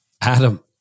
Adam